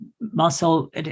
muscle